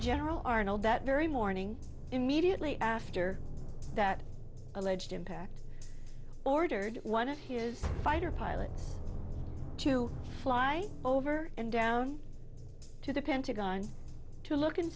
general arnold that very morning immediately after that alleged impact ordered one of his fighter pilots to fly over to the pentagon to look